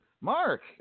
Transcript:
Mark